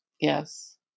Yes